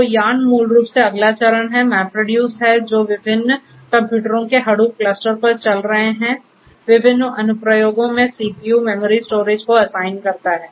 तो YARN मूल रूप से अगला चरण है MapReduce है जो विभिन्न कंप्यूटरों के Hadoop क्लस्टर पर चल रहे विभिन्न अनुप्रयोगों में CPU मेमोरी स्टोरेज को असाइन करता है